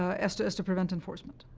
ah as to as to prevent enforcement.